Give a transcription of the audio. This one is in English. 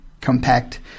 compact